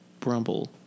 Brumble